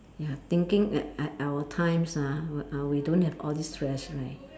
ya thinking at at our times ah w~ uh we don't have all this stress right